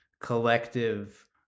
collective